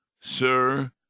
Sir